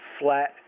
flat